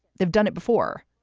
they've done it before.